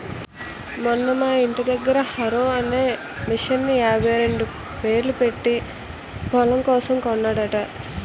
మొన్న మా యింటి దగ్గర హారో అనే మిసన్ని యాభైరెండేలు పెట్టీ పొలం కోసం కొన్నాడట